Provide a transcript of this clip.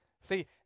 See